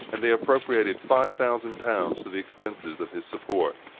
and they appropriated five thousand pounds for the expenses of his support.